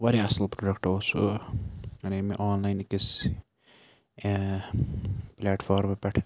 واریاہ اَصٕل پرٛوڈَکٹ اوس سُہ کَرے مےٚ آن لاین أکِس پٕلیٹ فارمہٕ پٮ۪ٹھٕ